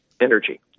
energy